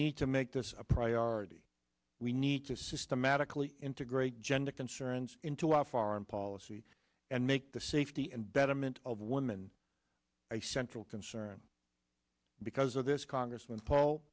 need to make this a priority we need to systematically integrate gender concerns into our foreign policy and make the safety and betterment of women a central concern because of this congressman p